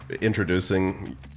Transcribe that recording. introducing